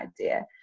idea